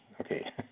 Okay